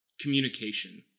communication